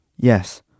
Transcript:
Yes